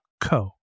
co